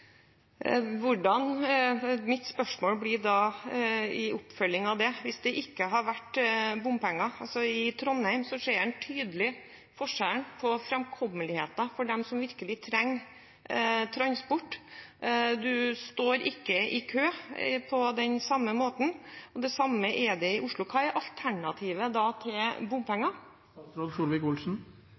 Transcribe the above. sine. Mitt spørsmål blir da, i oppfølgingen av det: Hva hvis det ikke hadde vært bompenger? I Trondheim ser en tydelig forskjell når det gjelder framkommeligheten for dem som virkelig trenger transport. De står ikke i kø på den samme måten. Det samme er det i Oslo. Hva er da alternativet til